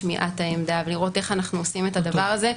שמיעת העמדה ולראות איך אנחנו עושים את הדבר הזה.